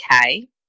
okay